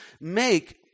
make